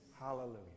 Hallelujah